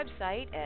website